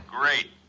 Great